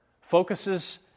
focuses